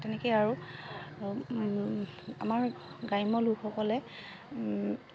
তেনেকৈ আৰু আমাৰ গ্ৰাম্য লোকসকলে